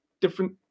different